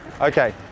Okay